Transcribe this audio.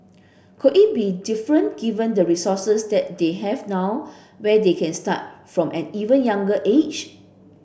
could it be different given the resources that they have now where they can start from an even younger age